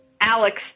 Alex